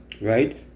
right